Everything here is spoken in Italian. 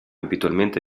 abitualmente